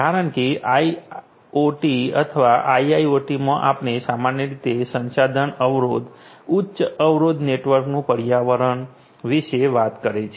કારણ કે આઇઓટી અથવા આઇઆઈઓટીમાં આપણે સામાન્ય રીતે સંસાધન અવરોધ ઉચ્ચ અવરોધક નેટવર્કનું પર્યાવરણ વિશે વિચાર કરે છે